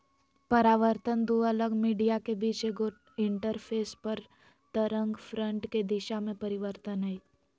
परावर्तन दू अलग मीडिया के बीच एगो इंटरफेस पर तरंगफ्रंट के दिशा में परिवर्तन हइ